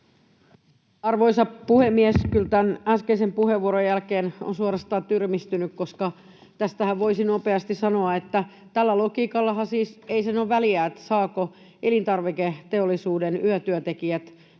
Arvoisa puhemies! Kyllä tämän äskeisen puheenvuoron jälkeen on suorastaan tyrmistynyt, koska tästähän voisi nopeasti sanoa, että tällä logiikallahan sillä ei siis ole väliä, saavatko elintarviketeollisuuden yötyöntekijät